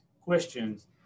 questions